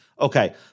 Okay